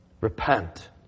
Repent